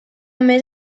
més